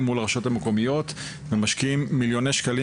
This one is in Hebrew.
מול הרשויות המקומיות ואנחנו משקיעים מיליוני שקלים